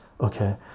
okay